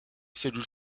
cellules